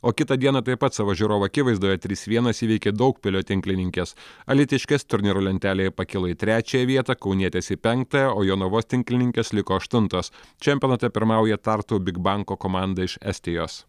o kitą dieną taip pat savo žiūrovų akivaizdoje trys vienas įveikė daugpilio tinklininkes alytiškės turnyro lentelėje pakilo į trečiąją vietą kaunietės į penktąją o jonavos tinklininkės liko aštuntos čempionate pirmauja tartu bigbanko komanda iš estijos